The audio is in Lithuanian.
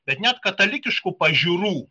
bet net katalikiškų pažiūrų